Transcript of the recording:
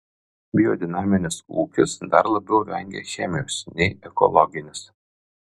biodinaminis ūkis dar labiau vengia chemijos nei ekologinis